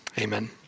Amen